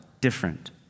different